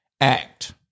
act